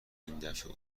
ایندفعه